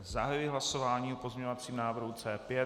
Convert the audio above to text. Zahajuji hlasování o pozměňovacím návrhu C5.